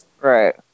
Right